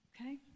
Okay